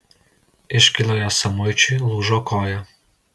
iškyloje samuičiui lūžo koja